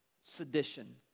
sedition